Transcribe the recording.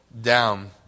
down